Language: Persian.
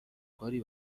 کاری